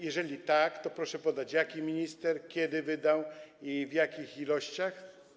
Jeżeli tak, to proszę podać, jaki minister, kiedy wydał i w jakich ilościach.